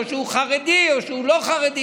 או שהוא חרדי או שהוא לא חרדי.